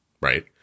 Right